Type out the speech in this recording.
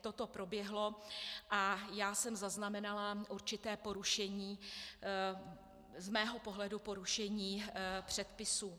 Toto proběhlo a já jsem zaznamenala určité porušení, z mého pohledu porušení, předpisů.